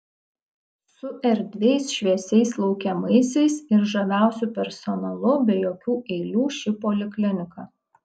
su erdviais šviesiais laukiamaisiais ir žaviausiu personalu be jokių eilių ši poliklinika